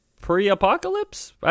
pre-apocalypse